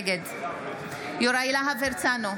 נגד יוראי להב הרצנו,